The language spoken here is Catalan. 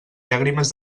llàgrimes